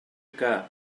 que